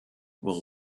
will